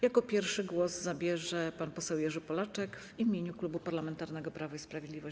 Jako pierwszy głos zabierze pan poseł Jerzy Polaczek w imieniu Klubu Parlamentarnego Prawo i Sprawiedliwość.